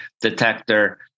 detector